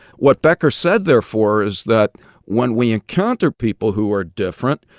what becker said, therefore, is that when we encounter people who are different,